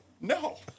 No